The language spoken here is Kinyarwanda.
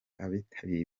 abitabiriye